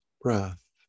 breath